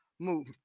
move